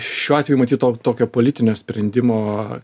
šiuo atveju matyt to tokio politinio sprendimo